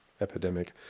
epidemic